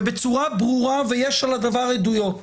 ובצורה ברורה, ויש על הדבר עדויות,